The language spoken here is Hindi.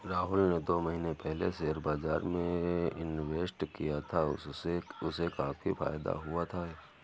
राहुल ने दो महीने पहले शेयर बाजार में इन्वेस्ट किया था, उससे उसे काफी फायदा हुआ है